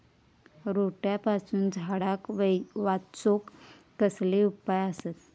रोट्यापासून झाडाक वाचौक कसले उपाय आसत?